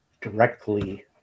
directly